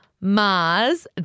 Mars